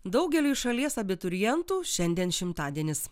daugeliui šalies abiturientų šiandien šimtadienis